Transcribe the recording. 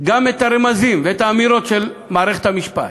גם את הרמזים ואת האמירות של מערכת המשפט,